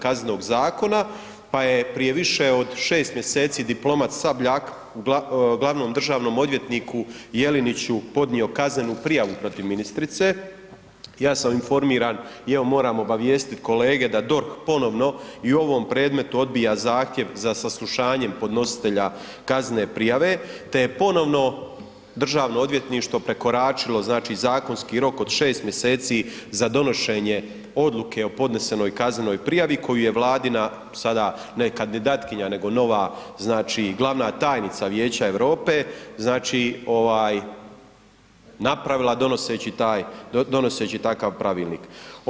KZ-a pa je prije više od 6 mj. diplomat Sabljak, glavnom državnom odvjetniku Jelinić podnio kaznenu prijavu protiv ministrice, ja sam informiran i evo moramo obavijestiti kolege da DORH ponovno i u ovom predmetu odbija zahtjev za saslušanjem podnositelja kaznene prijave te je ponovno Državno odvjetništvo prekoračilo zakonski rok od 6 mj. za donošenje odluke o podnesenoj kaznenoj prijavi koji je Vladina sada ne kandidatkinja nego nova glavna tajnica Vijeća Europe, znači napravila donoseći takav pravilnik.